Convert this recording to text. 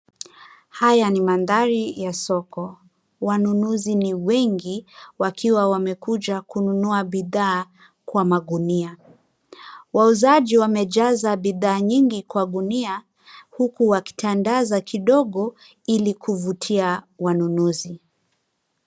Haya ni mandhari ya soko. Wanunuzi ni wengi wakiwa wamekuja kununua bidhaa kwa magunia. Wauzaji wamejaza bidhaa nyingi kwa gunia huku wakitandaza kidogo ili kuvutia wanunuzi.